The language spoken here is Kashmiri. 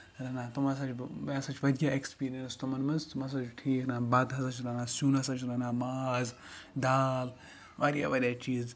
رَنان تِم ہسا چھُ بہٕ مےٚ ہسا چھُ واریاہ اٮ۪کٔسپِرینس تِمَن منٛز تِم ہسا چھِ ٹھیٖک رَنان بَتہٕ ہسا چھُس رَنان سین ہسا چھس رَنان ماز دال واریاہ واریاہ چیٖز